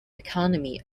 economy